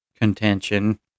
contention